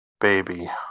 baby